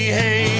hey